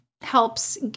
helps